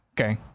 Okay